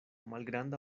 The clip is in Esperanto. malgranda